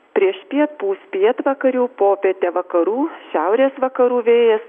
priešpiet pūs pietvakarių popietę vakarų šiaurės vakarų vėjas